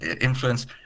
influence